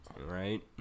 Right